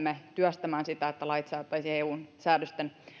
välittömästi lähdemme työstämään sitä että lait saataisiin eun säädösten